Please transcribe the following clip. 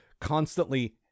constantly